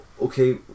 okay